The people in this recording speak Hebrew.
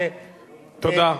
תודה.